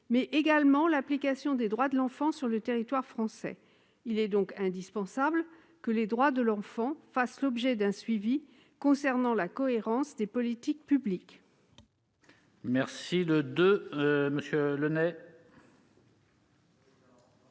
mais également l'application des droits de l'enfant sur le territoire français. Il est donc indispensable que ces droits fassent l'objet d'un suivi au regard de la cohérence des politiques publiques. L'amendement n°